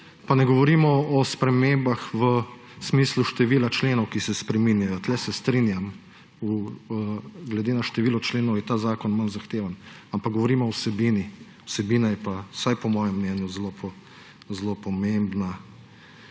pa ne govorimo o spremembah v smislu števila členov, ki se spreminjajo. Tu se strinjam, glede na število členov, je ta zakon manj zahteven. Ampak govorimo o vsebini. Vsebina je pa, vsaj po mojem mnenju, zelo pomembna.